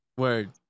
Word